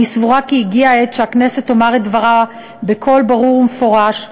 אני סבורה כי הגיעה העת שהכנסת תאמר את דברה בקול ברור ומפורש,